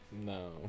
no